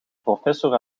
professor